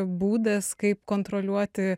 būdas kaip kontroliuoti